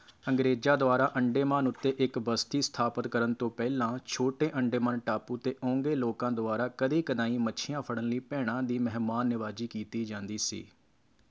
ਅੰਗਰੇਜ਼ਾਂ ਦੁਆਰਾ ਅੰਡੇਮਾਨ ਉੱਤੇ ਇੱਕ ਬਸਤੀ ਸਥਾਪਤ ਕਰਨ ਤੋਂ ਪਹਿਲਾਂ ਛੋਟੇ ਅੰਡੇਮਾਨ ਟਾਪੂ 'ਤੇ ਓਂਗੇ ਲੋਕਾਂ ਦੁਆਰਾ ਕਦੇ ਕਦਾਈਂ ਮੱਛੀਆਂ ਫੜਨ ਲਈ ਭੈਣਾਂ ਦੀ ਮਹਿਮਾਨ ਨਿਵਾਜ਼ੀ ਕੀਤੀ ਜਾਂਦੀ ਸੀ